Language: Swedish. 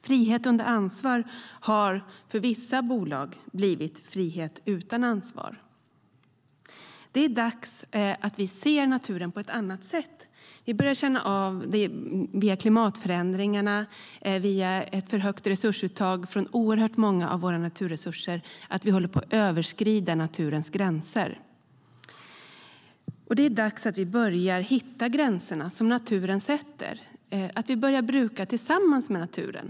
Frihet under ansvar har för vissa bolag blivit frihet utan ansvar. Det är dags att vi ser naturen på ett annat sätt. Vi börjar känna av klimatförändringar på grund av ett för högt resursuttag från många av våra naturresurser. Vi håller på att överskrida naturens gränser. Det är dags att vi börjar hitta gränserna som naturen sätter och att vi börjar bruka tillsammans med naturen.